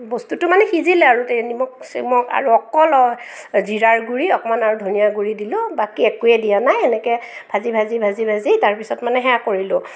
বস্তুটো মানে সিজিলে আৰু তেল নিমখ চিমখ আৰু অকল জিৰাৰ গুৰি অকণমান আৰু ধনীয়াৰ গুৰি দিলোঁ বাকী একোৱেই দিয়া নাই এনেকৈ ভাজি ভাজি ভাজি ভাজি তাৰপিছত মানে সেয়া কৰিলোঁ